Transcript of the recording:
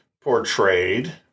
portrayed